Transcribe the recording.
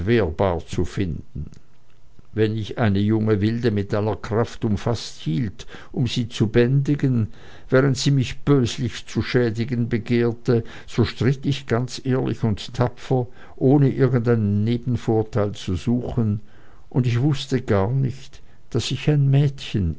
zu finden wenn ich eine junge wilde mit aller kraft umfaßt hielt um sie zu bändigen während sie mich böslich zu schädigen begehrte so stritt ich ganz ehrlich und tapfer ohne irgendeinen nebenvorteil zu suchen und ich wußte gar nicht daß ich ein mädchen